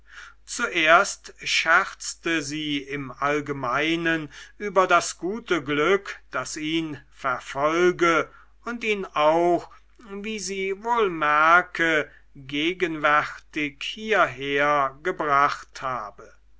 zuerst scherzte sie im allgemeinen über das gute glück das ihn verfolge und ihn auch wie sie wohl merke gegenwärtig hierher gebracht habe